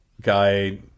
guy